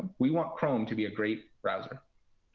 we want chrome to be a great browser.